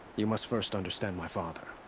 you must first understand my father.